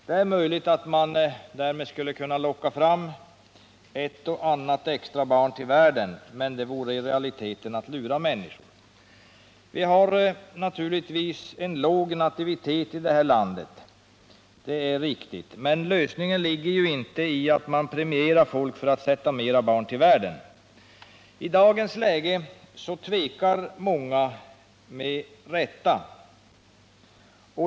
Det är möjligt att man därmed skulle kunna locka fram ett och annat extra barn till världen, men det vore i realiteten att lura människor. Vi har en låg nativitet i det här landet, det är riktigt. Men lösningen ligger inte i att man premierar folk för att sätta flera barn till världen. I dagens läge tvekar många — med rätta!